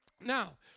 Now